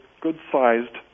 good-sized